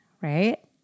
right